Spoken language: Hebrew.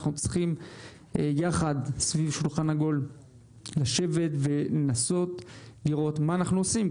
אנחנו צריכים יחד סביב שולחן עגול לשבת ולנסות לראות מה אנחנו עושים.